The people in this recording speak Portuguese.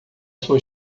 sua